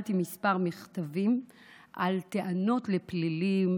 קיבלתי כמה מכתבים על טענות לפלילים,